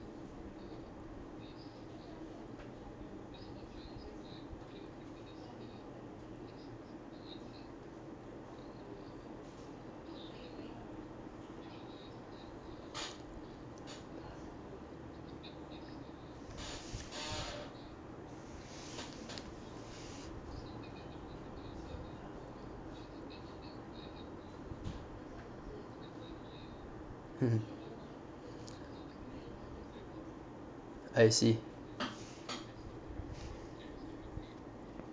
mmhmm I see